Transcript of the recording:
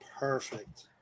Perfect